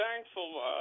thankful